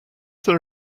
there